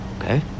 Okay